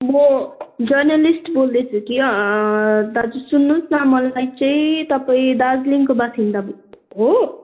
म जर्नलिस्ट बोल्दैछु कि दाजु सुन्नुहोस् न मलाई चाहिँ तपाईँ दार्जिलिङको बासिन्दा हो